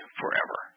forever